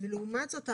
לעומת זאת,